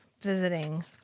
visiting